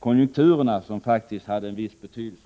Konjunkturerna hade faktiskt också en viss betydelse.